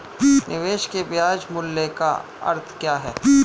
निवेश के ब्याज मूल्य का अर्थ क्या है?